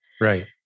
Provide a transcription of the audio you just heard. Right